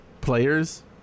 players